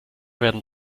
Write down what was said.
werden